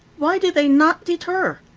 why do they not deter?